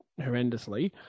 horrendously